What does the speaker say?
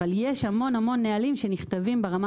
אבל יש המון-המון נהלים שנכתבים ברמה